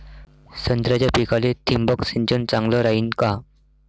संत्र्याच्या पिकाले थिंबक सिंचन चांगलं रायीन का?